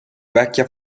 vecchia